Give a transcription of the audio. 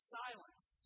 silence